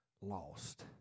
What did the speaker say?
lost